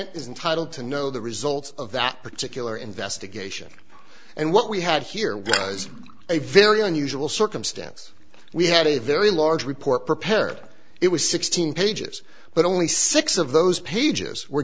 entitle to know the results of that particular investigation and what we had here was a very unusual circumstance we had a very large report prepared it was sixteen pages but only six of those pages were